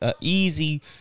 easy